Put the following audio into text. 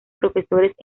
profesores